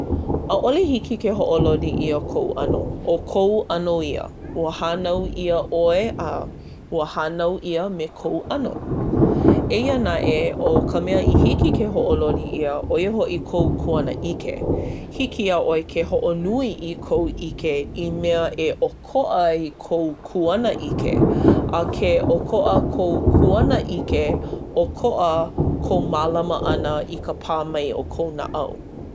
ʻAʻole hiki ke hoʻololi ʻia kou ʻano. ʻO kou ʻano ia. Ua hānau ʻia ʻoe, a ua hānau ʻia me kou ʻano. Eia naʻe ʻo ka mea hiki ke hoʻololi ʻia ʻo ia hoʻi kou kuanaʻike. Hiki iā ʻoe ke hoʻonui i kou ʻike i mea e ʻokoʻa ai kou kuanaʻike. A ke ʻokoʻa kou kuanaʻike, ʻokoʻa kou mālama ʻana i ka pā mai o kou naʻau.